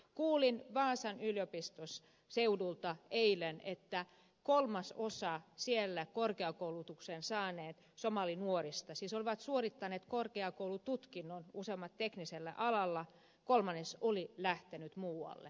kuulin vaasan yliopiston seudulta eilen että kolmasosa siellä korkeakoulutuksen saaneista somalinuorista jotka siis olivat suorittaneet korkeakoulututkinnon useammat teknisellä alalla oli lähtenyt muualle